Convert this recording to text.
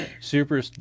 Super